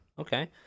Okay